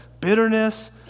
bitterness